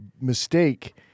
mistake